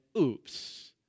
oops